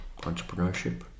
entrepreneurship